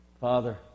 Father